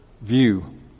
view